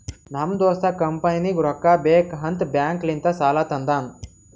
ನಮ್ ದೋಸ್ತ ಕಂಪನಿಗ್ ರೊಕ್ಕಾ ಬೇಕ್ ಅಂತ್ ಬ್ಯಾಂಕ್ ಲಿಂತ ಸಾಲಾ ತಂದಾನ್